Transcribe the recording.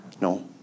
no